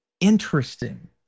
Interesting